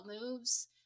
moves